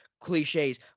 cliches